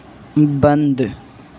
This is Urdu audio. بند